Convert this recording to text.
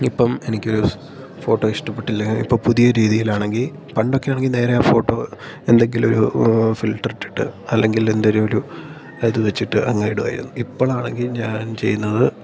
ഇപ്പോള് എനിക്കൊരു ഫോട്ടോ ഇഷ്ടപ്പെട്ടില്ലെങ്കില് ഇപ്പോള് പുതിയ രീതിയിലാണെങ്കില് പണ്ടൊക്കെയാണെങ്കില് നേരെ ഫോട്ടോ എന്തെങ്കിലും ഒരു ഫിൽട്ടറിട്ടിട്ട് അല്ലെങ്കിലെന്തേലും ഒരു ഇതു വച്ചിട്ട് അങ്ങിടുവായിരുന്നു ഇപ്പോഴാണെങ്കില് ഞാൻ ചെയ്യുന്നത്